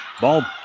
Ball